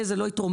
זה לא התרומם.